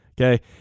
okay